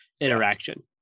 interaction